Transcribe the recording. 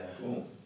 Cool